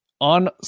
on